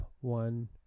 one